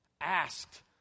asked